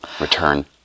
return